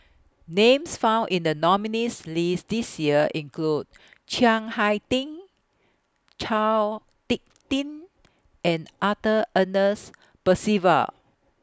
Names found in The nominees' list This Year include Chiang Hai Ding Chao Hick Tin and Arthur Ernest Percival